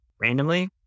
Randomly